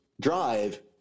drive